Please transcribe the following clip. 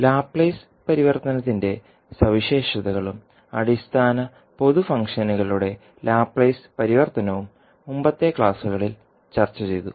Laplace പരിവർത്തനത്തിന്റെ സവിശേഷതകളും അടിസ്ഥാന പൊതു ഫംഗ്ഷനുകളുടെ ലാപ്ലേസ് പരിവർത്തനവും മുമ്പത്തെ ക്ലാസുകളിൽ ചർച്ച ചെയ്തു